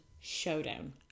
showdown